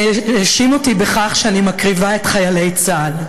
האשים אותי שאני מקריבה את חיילי צה"ל.